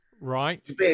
Right